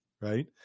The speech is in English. right